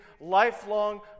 lifelong